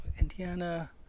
Indiana